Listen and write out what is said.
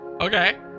Okay